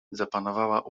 zapanowała